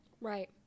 Right